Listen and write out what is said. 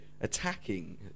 attacking